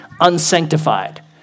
unsanctified